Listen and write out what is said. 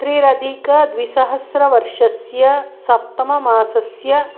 त्रिरधिकद्विसहस्रवर्षस्य सप्तममासस्य